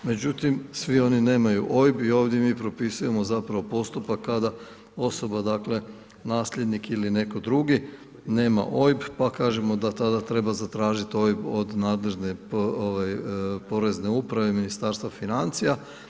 Međutim svi oni nemaju OIB i ovdje mi propisujemo zapravo postupak kada osoba dakle nasljednik ili netko drugi nema OIB pa kažemo da tada treba zatražiti OIB od nadležne porezne uprave, Ministarstva financija.